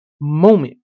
moment